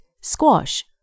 squash